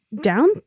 down